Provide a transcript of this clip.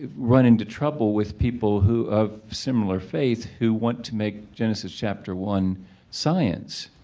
ah run into trouble with people who are of similar faith who want to make genesis chapter one science,